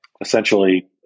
essentially